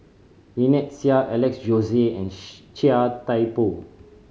Lynnette Seah Alex Josey and Chia Thye Poh